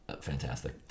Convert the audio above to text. Fantastic